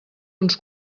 uns